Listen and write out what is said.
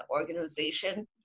organization